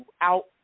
out